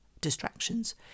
distractions